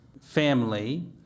family